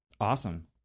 Awesome